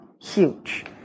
huge